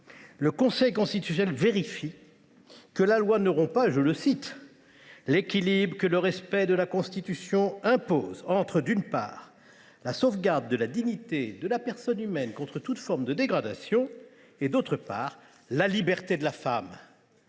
le Conseil constitutionnel vérifie que la loi ne rompt pas « l’équilibre que le respect de la Constitution impose entre, d’une part, la sauvegarde de la dignité de la personne humaine contre toute forme de dégradation et, d’autre part, la liberté de la femme